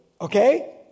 Okay